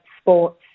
sports